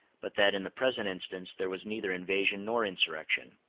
but that in the present instance there was neither invasion nor insurrection.